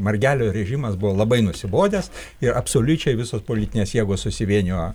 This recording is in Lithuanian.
margelio režimas buvo labai nusibodęs ir absoliučiai visos politinės jėgos susivienijo